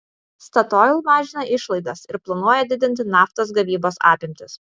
statoil mažina išlaidas ir planuoja didinti naftos gavybos apimtis